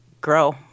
grow